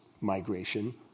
migration